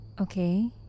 Okay